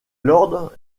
lord